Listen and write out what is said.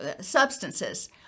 substances